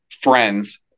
friends